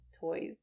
toys